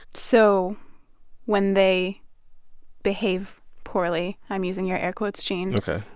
so when they behave poorly i'm using your air quotes, gene. ok.